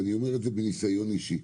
ואני אומר את זה מניסיון אישי.